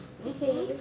mmhmm